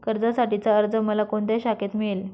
कर्जासाठीचा अर्ज मला कोणत्या शाखेत मिळेल?